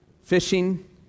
Fishing